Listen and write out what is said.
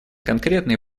конкретные